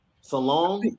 salon